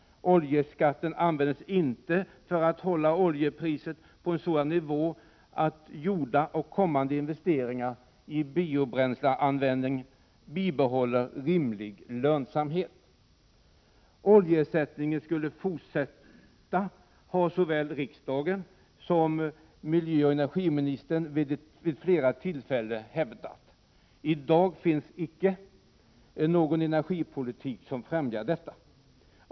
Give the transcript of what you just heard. Oljeskatten används inte för att hålla oljepriset på en sådan nivå att gjorda och kommande investeringar i biobränsleanvändningen bibehåller rimlig lönsamhet. Oljeersättningen skulle fortsätta, det har såväl riksdagen som miljöoch ' energiministern vid flera tillfällen hävdat. I dag finns icke någon energipolitik som främjar detta.